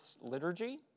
liturgy